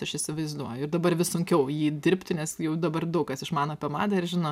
aš įsivaizduoju ir dabar vis sunkiau jį dirbti nes jau dabar daug kas išmano apie madą ir žino